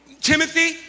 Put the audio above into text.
Timothy